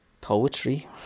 poetry